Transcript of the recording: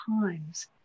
times